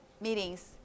meetings